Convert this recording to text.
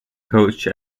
coach